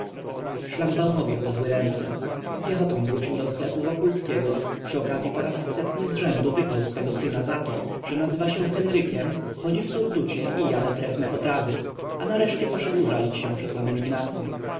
szlangbaumowi opadły ręce piechotą wrócił do sklepu wokulskiego przy okazyi po raz setny z rzędu wyklął swego syna za to że nazywa się henrykiem chodzi w surducie i jada trefne potrawy a nareszcie poszedł żalić się przed panem ignacym